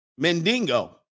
mendingo